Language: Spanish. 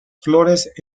flores